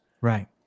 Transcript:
Right